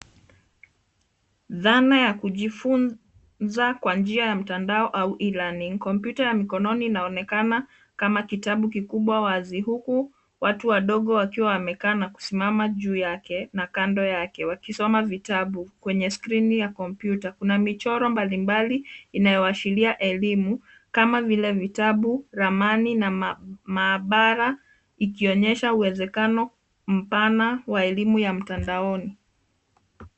Dhana ya kujifunza kwa njia ya mtandao au e-learning . Kompyuta ya mkononi inaonekana kama kitabu kikubwa wazi huku watu wadogo wakiwa wamekaa na kusimama juu yake na kando yake wakisoma vitabu. Kwenye skrini ya kompyuta kuna michoro mbalimbali inayoashiria elimu kama vile vitabu, ramani na maabara ikionyesha uonekano mpana wa elimu ya mtandaoni.